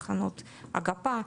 תחנות אגפה,